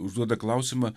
užduoda klausimą